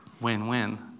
Win-win